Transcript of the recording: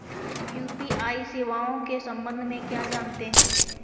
UPI सेवाओं के संबंध में क्या जानते हैं?